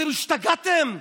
אתם השתגעתם?